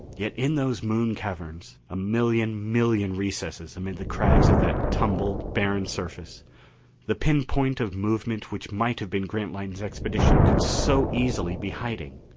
yet in those moon caverns a million million recesses amid the crags of that tumbled, barren surface the pin point of movement which might have been grantline's expedition could so easily be hiding!